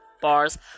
Bars